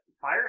Fire